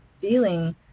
feeling